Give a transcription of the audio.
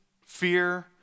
fear